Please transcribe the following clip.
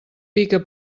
pica